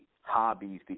hobbies